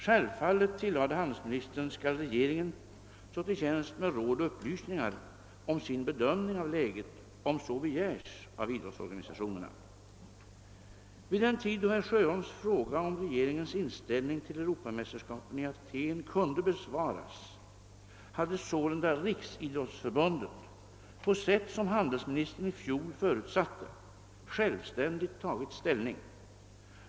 Självfal let, tillade handelsministern, skall regeringen stå till tjänst med råd och upplysningar om sin bedömning av läget om så begärs av idrottsorganisationerna. Vid den tid då herr Sjöholms fråga om regeringens inställning till europamästerskapen i Aten kunde besvaras, hade sålunda riksidrottsförbundet, på sätt som handelsministern i fjol förutsatte, självständigt tagit ställning.